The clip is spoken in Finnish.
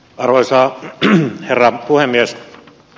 arvoisa herra puhemies